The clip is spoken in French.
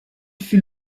fut